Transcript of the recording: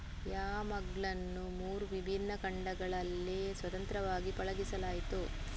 ಯಾಮ್ಗಳನ್ನು ಮೂರು ವಿಭಿನ್ನ ಖಂಡಗಳಲ್ಲಿ ಸ್ವತಂತ್ರವಾಗಿ ಪಳಗಿಸಲಾಯಿತು